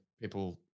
people